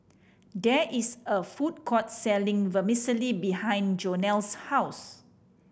there is a food court selling Vermicelli behind Jonell's house